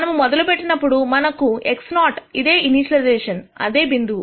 మనము మొదలుపెట్టినప్పుడు మనకు x0 ఇదే ఇనీషియలైజెషన్అదే ఈ బిందువు